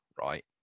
right